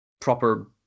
proper